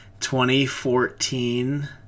2014